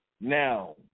now